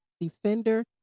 defender